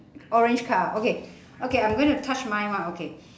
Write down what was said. orange card ah okay okay I'm gonna touch my one okay